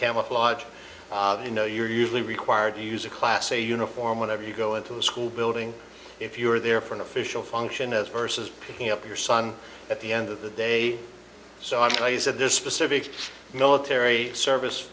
camouflage you know you're usually required to use a class a uniform whenever you go into a school building if you're there for an official function as versus picking up your son at the end of the day so i said this specific military service